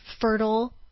fertile